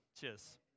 Cheers